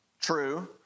true